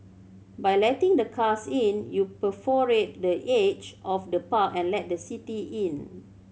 by letting the cars in you perforate the edge of the park and let the city in